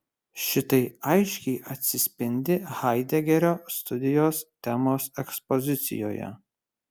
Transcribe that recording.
šitai aiškiai atsispindi haidegerio studijos temos ekspozicijoje